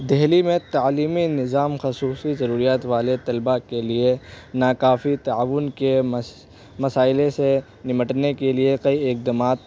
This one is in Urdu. دہلی میں تعلیمی نظام خصوصی ضروریات والے طلبہ کے لیے نا کافی تعاون کے مسائل سے نمٹنے کے لیے کئی اقدامات